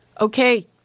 Okay